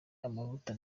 amavuta